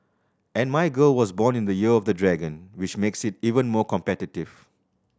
and my girl was born in the Year of the Dragon which makes it even more competitive